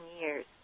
years